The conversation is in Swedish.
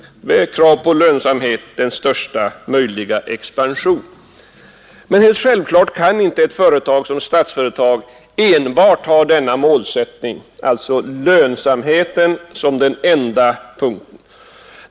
Det är innebörden i kravet på lönsamhet och största möjliga expansion. Men helt självklart kan inte ett företag som Statsföretag ha lönsamhet som enda målsättning.